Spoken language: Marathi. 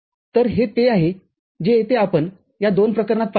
तर हे ते आहे जे येथे आपण या दोन प्रकरणात पाहिले आहे